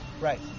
Right